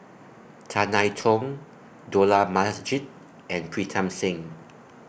Tan I Tong Dollah Majid and Pritam Singh